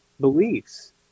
beliefs